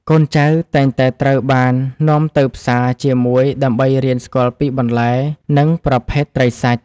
កូនចៅតែងតែត្រូវបាននាំទៅផ្សារជាមួយដើម្បីរៀនស្គាល់ពីបន្លែ និងប្រភេទត្រីសាច់។